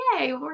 Yay